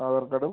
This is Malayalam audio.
കവർ